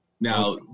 Now